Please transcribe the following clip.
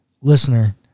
Listener